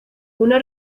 una